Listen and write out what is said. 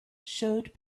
showed